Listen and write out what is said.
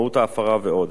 מהות ההפרה ועוד.